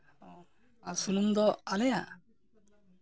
ᱟᱨ ᱥᱩᱱᱩᱢ ᱫᱚ ᱟᱞᱮᱭᱟᱜ